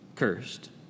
cursed